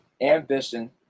ambition